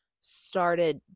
started